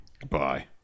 Goodbye